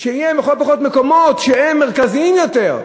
שיהיו לכל הפחות מקומות שהם מרכזיים יותר,